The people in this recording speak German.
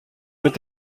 mit